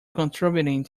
contributing